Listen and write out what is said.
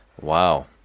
Wow